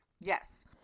Yes